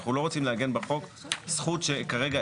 אנחנו לא רוצים לעגן בחוק זכות שכרגע,